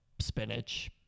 spinach